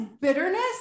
bitterness